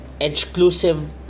exclusive